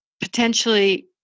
potentially